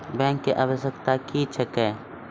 Bank की आवश्यकता क्या हैं?